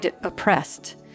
oppressed